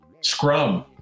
Scrum